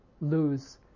lose